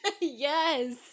Yes